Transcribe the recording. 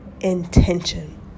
intention